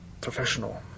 professional